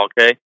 Okay